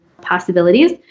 possibilities